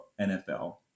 NFL